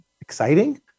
exciting